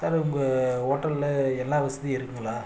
sir உங்கள் ஹோட்டல்ல எல்லா வசதியும் இருக்குதுங்களா